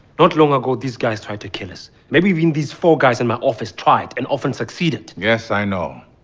not long ago, these guys tried to kill us. maybe even these four guys in my office tried and often succeeded yes, i know.